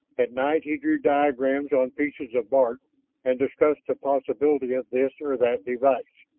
at night he drew diagrams on pieces of bark and discussed the possibility of this or that device,